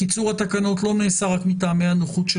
קיצור התקנות לא נעשה רק מטעמי הנוחות של